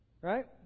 Right